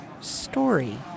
story